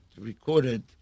recorded